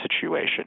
situation